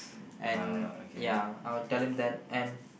and ya I would tell them that and